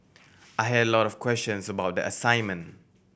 I had a lot of questions about the assignment